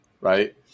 right